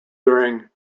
during